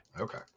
Okay